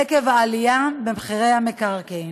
עקב העלייה במחירי המקרקעין.